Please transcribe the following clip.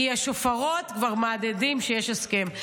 כי השופרות כבר מהדהדים שיש הסכם.